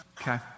Okay